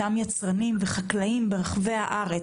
יצרנים וחקלאים מרחבי הארץ,